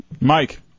Mike